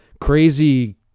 crazy